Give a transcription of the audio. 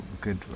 good